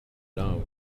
know